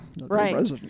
right